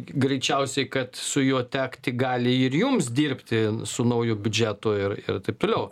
greičiausiai kad su juo tekti gali ir jums dirbti su nauju biudžetu ir ir taip toliau